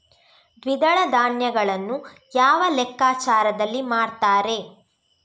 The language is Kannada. ದ್ವಿದಳ ಧಾನ್ಯಗಳನ್ನು ಯಾವ ಲೆಕ್ಕಾಚಾರದಲ್ಲಿ ಮಾರ್ತಾರೆ?